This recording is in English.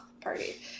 party